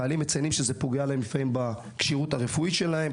חיילים מציינים שזה פוגע להם לפעמים בכשירות הרפואית שלהם,